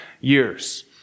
years